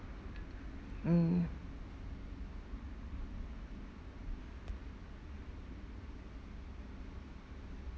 mm